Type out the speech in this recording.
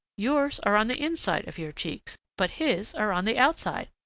yours are on the inside of your cheeks, but his are on the outside.